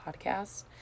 podcast